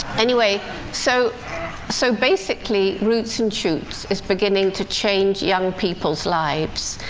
anyway so so basically, roots and shoots is beginning to change young people's lives.